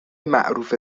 معروف